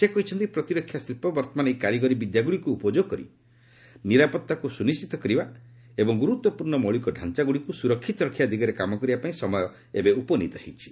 ସେ କହିଛନ୍ତି ପ୍ରତିରକ୍ଷା ଶିଳ୍ପ ବର୍ତ୍ତମାନ ଏହି କାରିଗରି ବିଦ୍ୟାଗୁଡ଼ିକୁ ଉପଯୋଗ କରି ନିରାପତ୍ତାକୁ ସୁନିଶିତ କରିବା ଏବଂ ଗୁରୁତ୍ୱପୂର୍୍ଣ୍ଣ ମୌଳିକ ଡାଞ୍ଚାଗୁଡ଼ିକୁ ସ୍ରରକ୍ଷିତ ରଖିବା ଦିଗରେ କାମ କରିବା ପାଇଁ ସମୟ ଉପନିତ ହୋଇଛି